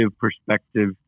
perspective